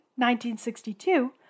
1962